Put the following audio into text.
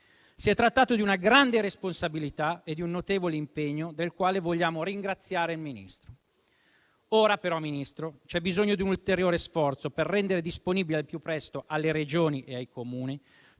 Si è trattato di una grande responsabilità e di un notevole impegno, per il quale vogliamo ringraziare il Ministro. Ora però, Ministro, c'è bisogno di un ulteriore sforzo per rendere disponibili al più presto alle Regioni e ai Comuni